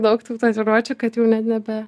daug tų tatuiruočių kad jau net nebe